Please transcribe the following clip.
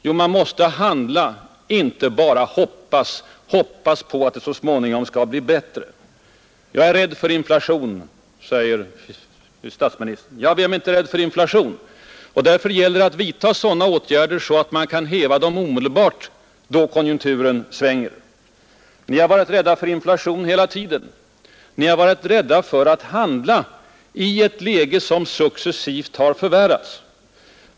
Jo, man måste handla, inte bara hoppas, hoppas på att det så småningom skall bli bättre. Jag är rädd för inflation, säger statsministern. Ja, vem är inte rädd för inflation? Därför gäller det att vidta sådana åtgärder som man kan häva omedelbart då konjunkturen svänger. Ni har varit rädda för inflation säger ni. Ni har avstått från att handla i ett läge som successivt har förvärrats.